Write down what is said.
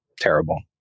terrible